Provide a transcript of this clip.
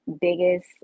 biggest